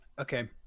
Okay